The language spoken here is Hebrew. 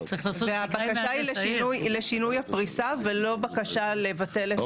והבקשה היא לשינוי הפריסה ולא בקשה לבטל את הפרויקט.